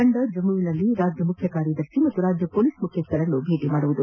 ತಂಡ ಜಮ್ಮುವಿನಲ್ಲಿ ರಾಜ್ಯ ಮುಖ್ಯ ಕಾರ್ಯದರ್ಶಿ ಹಾಗೂ ರಾಜ್ಯ ಪೊಲೀಸ್ ಮುಖ್ಯಸ್ದರನ್ನು ಭೇಟಿ ಮಾಡಲಿದೆ